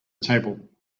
table